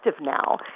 now